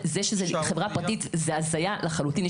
זה שזה חברה פרטית זה הזיה לחלוטין.